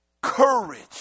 courage